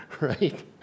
right